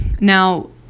Now